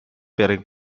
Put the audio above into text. piring